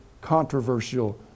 controversial